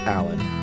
Alan